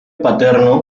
paterno